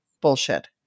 bullshit